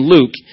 Luke